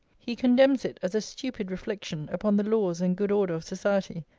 he condemns it as a stupid reflection upon the laws and good order of society,